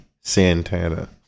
Santana